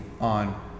on